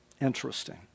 Interesting